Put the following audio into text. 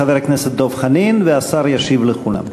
חבר הכנסת דב חנין, והשר ישיב לכולם.